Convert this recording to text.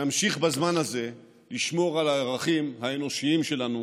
נמשיך בזמן הזה לשמור על הערכים האנושיים שלנו